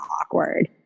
awkward